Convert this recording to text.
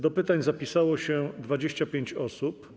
Do pytań zapisało się 25 osób.